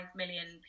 million